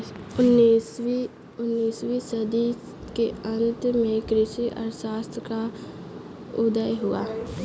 उन्नीस वीं सदी के अंत में कृषि अर्थशास्त्र का उदय हुआ